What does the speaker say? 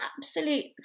absolute